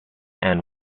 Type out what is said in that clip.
and